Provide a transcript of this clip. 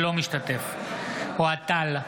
אינו משתתף בהצבעה אוהד טל,